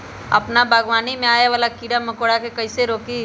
अपना बागवानी में आबे वाला किरा मकोरा के कईसे रोकी?